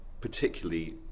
particularly